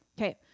Okay